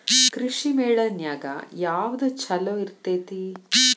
ಕೃಷಿಮೇಳ ನ್ಯಾಗ ಯಾವ್ದ ಛಲೋ ಇರ್ತೆತಿ?